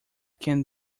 can